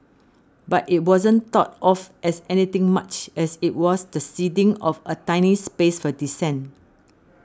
but it wasn't thought of as anything much as it was the ceding of a tiny space for dissent